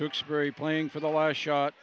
cook's very playing for the last shot